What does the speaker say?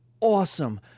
awesome